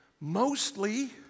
mostly